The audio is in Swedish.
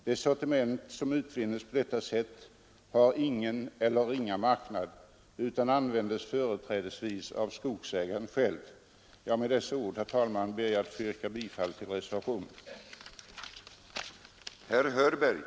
Det sortiment som utvinnes på detta sätt har ingen eller ringa marknad utan används företrädesvis av skogsägaren själv. Med dessa ord, herr talman, ber jag att få yrka bifall till reservationen.